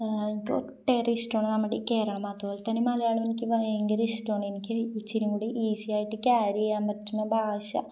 എനിക്ക് ഒട്ടേറെ ഇഷ്ടമാണ് നമ്മുടെ കേരളം അതുപോലെ തന്നെ മലയാളം എനിക്ക് ഭയങ്കര ഇഷ്ടമാണ് എനിക്ക് ഇച്ചിരിയും കൂടി ഈസിയായിട്ട് ക്യാരി ചെയ്യാൻ പറ്റുന്ന ഭാഷ